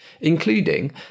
including